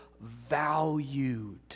valued